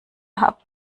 habt